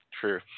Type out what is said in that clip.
true